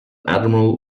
admiral